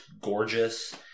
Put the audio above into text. gorgeous